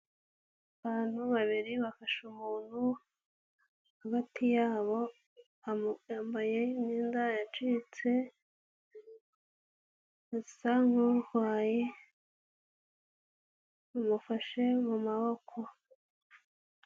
Abantu babiri bafashe umuntu hagati yabo. Yambaye imyenda yacitse. Asa nk'urwaye bamufashe mu maboko.